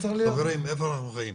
חברים, איפה אנחנו חיים?